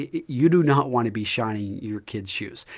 ah you do not want to be shining your kids' shoes.